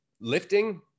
lifting